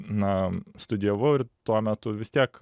na studijavau ir tuo metu vis tiek